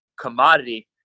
commodity